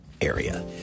area